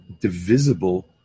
Divisible